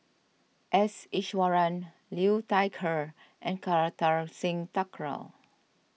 S Iswaran Liu Thai Ker and Kartar Singh Thakral